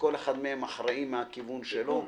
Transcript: שכל אחד מהם אחראי מהכיוון שלו.